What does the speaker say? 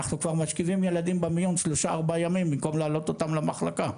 אנחנו כבר משכיבים ילדים במיון 3-4 ימים במקום להעלות אותם למחלקה.